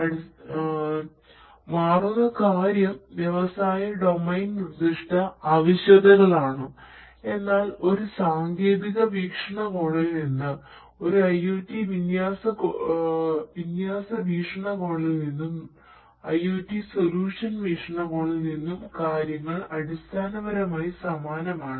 അടിസ്ഥാനപരമായി മാറുന്ന കാര്യം വ്യവസായ ഡൊമെയ്ൻ നിർദ്ദിഷ്ട ആവശ്യകതകളാണ് എന്നാൽ ഒരു സാങ്കേതിക വീക്ഷണകോണിൽ നിന്ന് ഒരു IOT വിന്യാസ വീക്ഷണകോണിൽ നിന്നും IOT സൊല്യൂഷൻ വീക്ഷണകോണിൽ നിന്നും കാര്യങ്ങൾ അടിസ്ഥാനപരമായി സമാനമാണ്